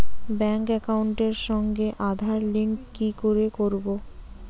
Bank একাউন্টের সঙ্গে Aadhaar link কি করে করবো?